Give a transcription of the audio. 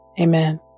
Amen